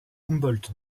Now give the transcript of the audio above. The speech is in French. humboldt